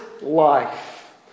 life